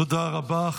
תודה רבה.